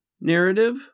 narrative